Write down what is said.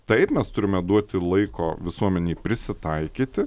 taip mes turime duoti laiko visuomenei prisitaikyti